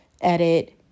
edit